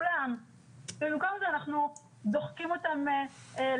זה אנחנו החלטנו ועכשיו הוא מגיע ומה הוא פוגש?